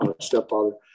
stepfather